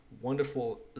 wonderful